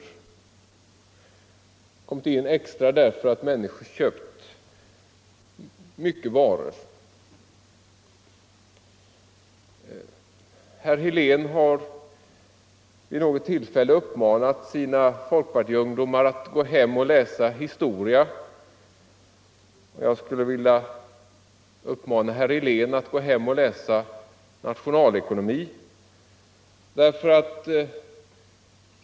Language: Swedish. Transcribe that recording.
De hade kommit in extra för att människor hade köpt mycket varor. Herr Helén har vid något tillfälle uppmanat sina folkpartiungdomar att gå hem och läsa historia. Jag skulle vilja uppmana herr Helén att gå hem och läsa nationalekonomi.